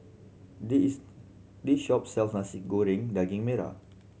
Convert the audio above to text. this is this shop sells Nasi Goreng Daging Merah